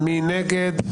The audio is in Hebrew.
מי נגד?